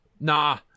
Nah